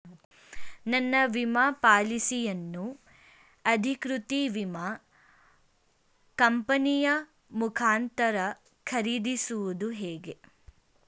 ನನ್ನ ವಿಮಾ ಪಾಲಿಸಿಯನ್ನು ಅಧಿಕೃತ ವಿಮಾ ಕಂಪನಿಯ ಮುಖಾಂತರ ಖರೀದಿಸುವುದು ಹೇಗೆ?